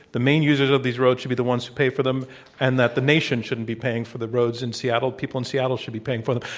the main users of these roads should be the ones who pay for them and that the nation shouldn't be paying for the roads in seattle. people in seattle should be paying for them.